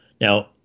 now